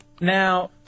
Now